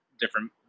different